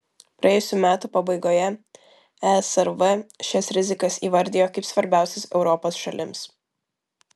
praėjusių metų pabaigoje esrv šias rizikas įvardijo kaip svarbiausias europos šalims